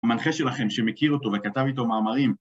המנחה שלכם שמכיר אותו וכתב איתו מאמרים